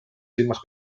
silmas